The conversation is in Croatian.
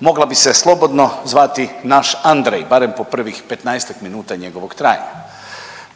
mogla bi se slobodno zvati naš Andrej, barem po prvih petnaestak minuta njegovog trajanja.